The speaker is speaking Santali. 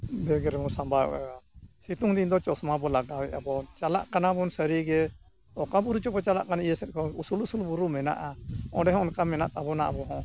ᱨᱮᱵᱚᱱ ᱥᱟᱢᱵᱟᱣ ᱮᱫᱟ ᱥᱤᱛᱩᱝ ᱫᱤᱱ ᱫᱚ ᱪᱚᱥᱢᱟ ᱵᱚᱱ ᱞᱟᱜᱟᱣ ᱮᱫᱟ ᱵᱚᱱ ᱪᱟᱞᱟᱜ ᱠᱟᱱᱟ ᱵᱚᱱ ᱥᱟᱹᱨᱤᱜᱮ ᱚᱠᱟ ᱵᱩᱨᱩ ᱪᱚᱠᱚ ᱪᱟᱞᱟᱜ ᱠᱟᱱᱟ ᱤᱭᱟᱹ ᱥᱮᱫ ᱠᱚ ᱩᱥᱩᱞᱼᱩᱥᱩᱞ ᱵᱩᱨᱩ ᱢᱮᱱᱟᱜᱼᱟ ᱚᱸᱰᱮ ᱦᱚᱸ ᱚᱱᱠᱟ ᱢᱮᱱᱟᱜ ᱛᱟᱵᱚᱱᱟ ᱟᱵᱚ ᱦᱚᱸ